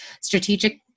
strategic